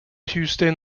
tuesday